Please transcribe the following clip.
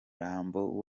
umurambo